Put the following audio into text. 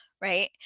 right